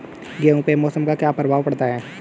गेहूँ पे मौसम का क्या प्रभाव पड़ता है?